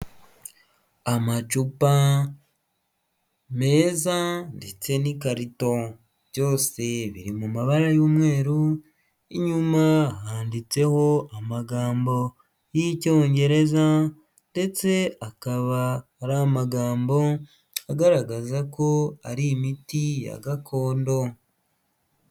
Amacupa meza ndetse n'ikarito, byose biri mu mabara y'umweru inyuma handitseho amagambo y'Icyongereza ndetse akaba ari amagambo agaragaza ko ari imiti ya gakondo.